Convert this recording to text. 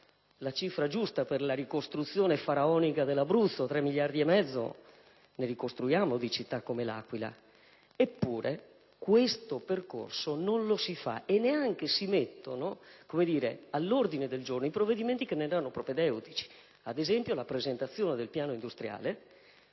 la cifra giusta per la ricostruzione faraonica dell'Abruzzo, ne potremmo ricostruire diverse di città come L'Aquila. Eppure, questo percorso non lo si fa e nemmeno si mettono all'ordine del giorno i provvedimenti che ne erano propedeutici, ad esempio la presentazione del piano industriale